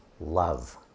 love